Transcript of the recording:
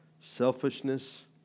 selfishness